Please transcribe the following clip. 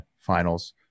finals